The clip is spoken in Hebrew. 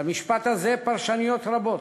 ולמשפט הזה פרשנויות רבות.